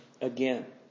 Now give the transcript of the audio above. again